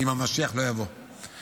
אם המשיח לא יבוא -- זה ייקח זמן.